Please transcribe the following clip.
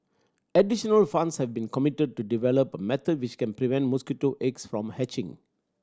additional funds have been committed to develop a method which can prevent mosquito eggs from hatching